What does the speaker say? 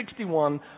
1961